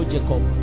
Jacob